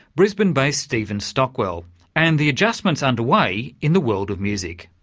brisbane-based stephen stockwell and the adjustments under way in the world of music.